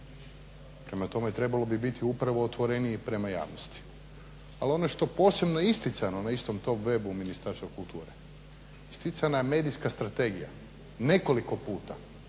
Prema tome, trebalo bi biti upravo otvoreniji prema javnosti. Ali ono što je posebno isticano na istom tom webu Ministarstva kulture isticana je medijska strategija nekoliko puta